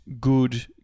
good